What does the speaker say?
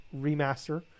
remaster